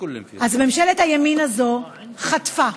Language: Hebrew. אז ממשלת הימין הזאת חטפה,